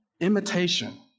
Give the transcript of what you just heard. imitation